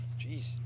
jeez